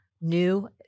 New